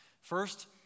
First